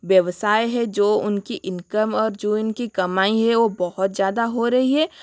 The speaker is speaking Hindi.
व्यवसाय हे जो उनकी इन्कम और जो इनकी कमाई है वो बहुत ज़्यादा हो रही है